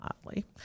oddly